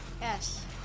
Yes